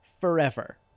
Forever